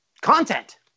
content